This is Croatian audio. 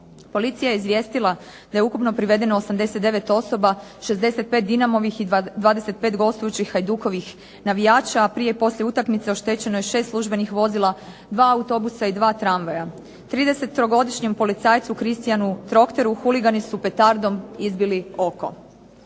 Policija je izvijestila da je ukupno privedeno 89 osoba, 65 Dinamovih i 25 gostujućih Hajdukovih navijača, a prije i poslije utakmice oštećeno je 6 službenih vozila, 2 autobusa i 2 tramvaja. 33-godišnjem policajcu Kristijanu Trokteru huligani su petardom izbili oko.